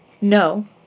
No